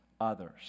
others